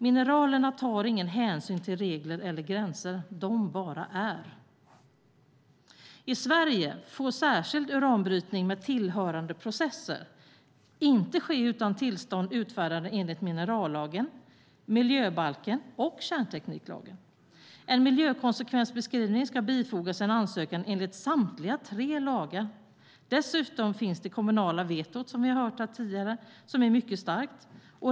Mineralerna tar ingen hänsyn till regler eller gränser, de bara är. I Sverige får särskild uranbrytning med tillhörande processer inte ske utan tillstånd utfärdade enligt minerallagen, miljöbalken och kärntekniklagen. En miljökonsekvensbeskrivning ska bifogas en ansökan enligt samtliga tre lagar. Dessutom finns det kommunala vetot, som vi har hört om här tidigare, som är mycket starkt.